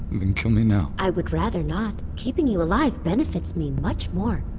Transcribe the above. then kill me now i would rather not. keeping you alive benefits me much more.